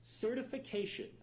certification